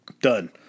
done